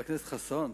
חבר הכנסת ישראל חסון,